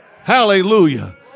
Hallelujah